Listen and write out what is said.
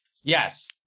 yes